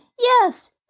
yes